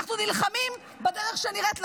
שאנחנו נלחמים בדרך שנראית לנו,